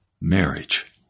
marriage